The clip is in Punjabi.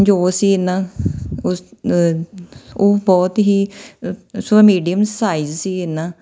ਜੋ ਅਸੀਂ ਇਹ ਨਾ ਉਸ ਉਹ ਬਹੁਤ ਹੀ ਸੋ ਮੀਡੀਅਮ ਸਾਈਜ਼ ਸੀ ਇਹ ਨਾ